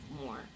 more